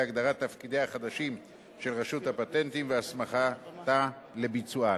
הגדרת תפקידיה החדשים של רשות הפטנטים והסמכתה לביצועם.